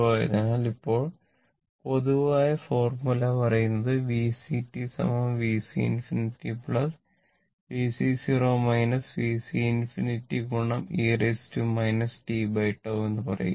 അതിനാൽ ഇപ്പോൾ പൊതുവായ ഫോർമുല പറയുന്നത് VCt VC ∞ VC 0 VC ∞ e t tau എന്ന് പറയുക